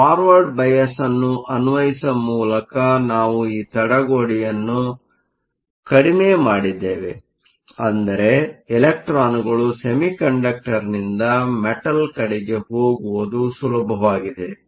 forward bias ಅನ್ನು ಅನ್ವಯಿಸುವ ಮೂಲಕ ನಾವು ಈ ತಡೆಗೋಡೆಯನ್ನು ಕಡಿಮೆ ಮಾಡಿದ್ದೇವೆ ಅಂದರೆ ಇಲೆಕ್ಟ್ರಾನ್ಗಳು ಸೆಮಿಕಂಡಕ್ಟರ್ನಿಂದ ಮೆಟಲ್ ಕಡೆಗೆ ಹೋಗುವುದು ಸುಲಭವಾಗಿದೆ